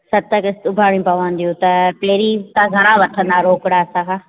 सत किश्तूं भरिणी पवंदियूं त कहिड़ी तव्हां घणा वठंदा रोकिड़ा असांखां